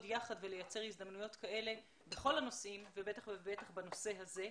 יחד ולייצר הזדמנויות כאלה בכל הנושאים ובטח בנושא הזה.